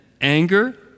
anger